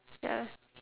ya